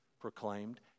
proclaimed